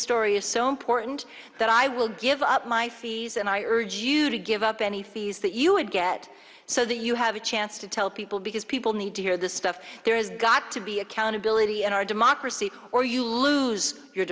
story is so important that i will give up my fees and i urge you to give up any fees that you would get so that you have a chance to tell people because people need to hear this stuff there has got to be accountability in our democracy or you lose your